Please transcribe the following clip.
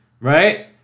Right